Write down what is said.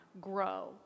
grow